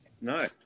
no